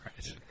right